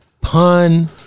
pun